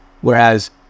whereas